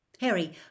Harry